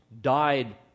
died